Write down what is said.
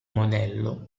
modello